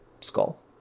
skull